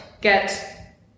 get